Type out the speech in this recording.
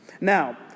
Now